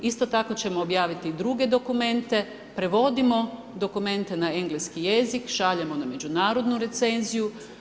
Isto tako ćemo objaviti i druge dokumente, prevodimo dokumente na engleski jezik, šaljemo na međunarodnu recenziju.